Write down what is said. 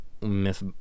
Miss